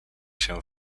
się